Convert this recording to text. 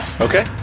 Okay